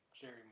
Jerry